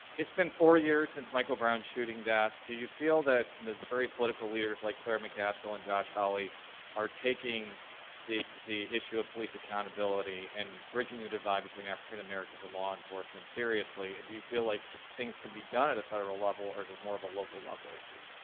it's been four years since michael brown's shooting death. do you feel that missouri political leaders like claire mccaskill and josh hawley are taking the the issue of police accountability and bridging the divide between african americans and law enforcement seriously? do you feel like things can be done at a federal level or is it more of a local level issue?